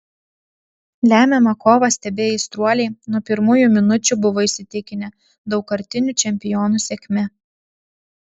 lemiamą kovą stebėję aistruoliai nuo pirmųjų minučių buvo įsitikinę daugkartinių čempionų sėkme